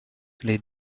les